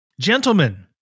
Gentlemen